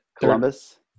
Columbus